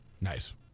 Nice